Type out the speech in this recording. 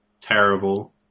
terrible